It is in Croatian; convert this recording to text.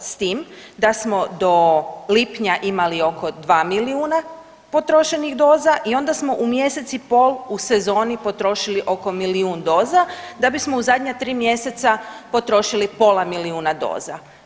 S tim da smo do lipnja imali oko 2 milijuna potrošenih doza i onda smo u mjeseci pol u sezoni potrošili oko milijun doza, da bismo u zadnja 3 mjeseca potrošili pola milijuna doza.